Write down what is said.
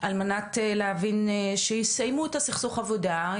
על מנת להביא שיסיימו את הסכסוך עבודה,